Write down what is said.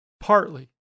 Partly